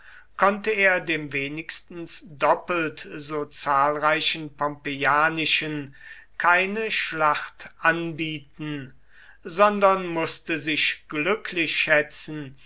konnte er dem wenigstens doppelt so zahlreichen pompeianischen keine schlacht anbieten sondern mußte sich glücklich schätzen